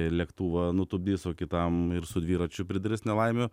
lėktuvą nutupdys o kitam ir su dviračiu pridarys nelaimių